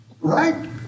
right